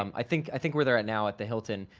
um i think, i think where they're at now at the hilton,